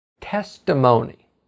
testimony